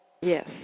Yes